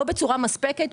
לא בצורה מספקת,